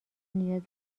نیاز